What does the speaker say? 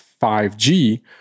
5G